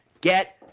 Get